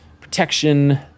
protection